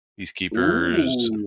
peacekeepers